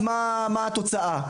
מה התוצאה?